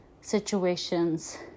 situations